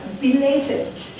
related